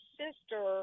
sister